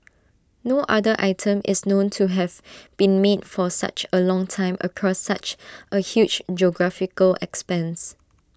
no other item is known to have been made for such A long time across such A huge geographical expanse